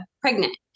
pregnant